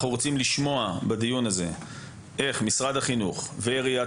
אנחנו רוצים לשמוע בדיון הזה איך משרד החינוך ועיריית